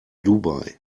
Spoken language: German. dubai